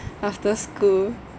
after school